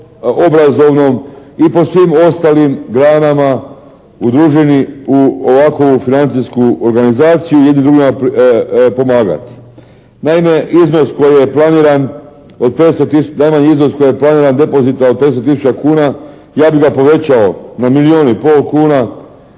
i po svim ostalim granama udruženi u ovakovu financijsku organizaciju, jedni drugima pomagati. Naime iznos koji je planiran od 500, najmanji iznos koji je planiran depozita od 500 tisuća kuna ja bih povećao na miliju i pol kuna